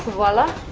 voila.